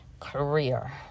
career